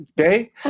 Okay